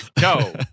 go